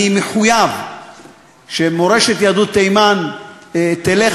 אני מחויב לכך שמורשת יהדות תימן תלך